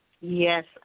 Yes